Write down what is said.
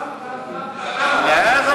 למה?